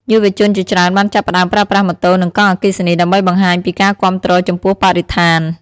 យុវជនជាច្រើនបានចាប់ផ្តើមប្រើប្រាស់ម៉ូតូនិងកង់អគ្គិសនីដើម្បីបង្ហាញពីការគាំទ្រចំពោះបរិស្ថាន។